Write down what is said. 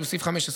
זה בסעיף 15,